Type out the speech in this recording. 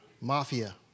Mafia